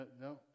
No